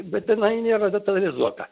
bet jinai nėra detalizuota